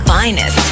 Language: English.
finest